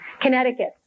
Connecticut